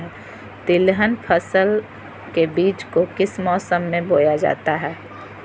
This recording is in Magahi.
तिलहन फसल के बीज को किस मौसम में बोया जाता है?